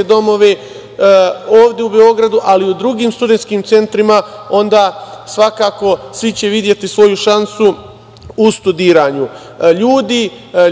domove ovde u Beogradu, ali i u drugim studentskim centrima, onda će svakako svi videti svoju šansu u studiranju.